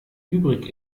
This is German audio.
übrig